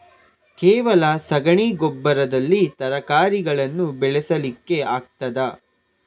ಕೇವಲ ಸಗಣಿ ಗೊಬ್ಬರದಲ್ಲಿ ತರಕಾರಿಗಳನ್ನು ಬೆಳೆಸಲಿಕ್ಕೆ ಆಗ್ತದಾ?